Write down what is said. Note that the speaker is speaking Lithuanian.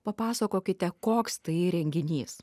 papasakokite koks tai renginys